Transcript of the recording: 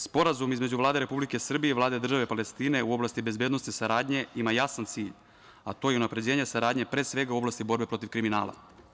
Sporazum između Vlade Republike Srbije i Vlade države Palestine u oblasti bezbednosne saradnje ima jasan cilj, a to je unapređenje saradnje pre svega u oblasti borbe protiv kriminala.